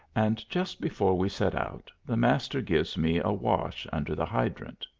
and just before we set out the master gives me a wash under the hydrant.